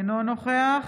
אינו נוכח